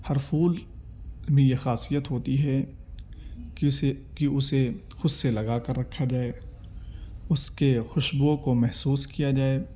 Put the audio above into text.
ہر پھول میں یہ خاصیت ہوتی ہے کہ اسے کہ اسے خود سے لگا کر رکھا جائے اس کے خوشبوؤں کو محسوس کیا جائے